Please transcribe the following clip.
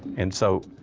and so,